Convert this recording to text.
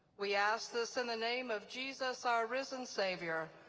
we ask this in the name of jesus, our risen savior.